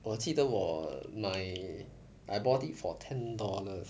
我记得我买 I bought it for ten dollars